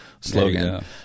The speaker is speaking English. slogan